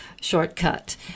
shortcut